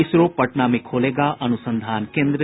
इसरो पटना में खोलेगा अनुसंधान केंद्र